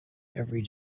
every